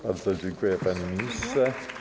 Bardzo dziękuję, panie ministrze.